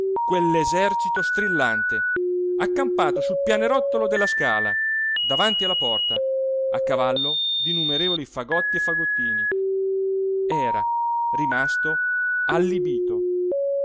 innanzi quell'esercito strillante accampato sul pianerottolo della scala davanti la porta a cavallo d'innumerevoli fagotti e fagottini era rimasto allibito